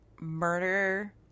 murder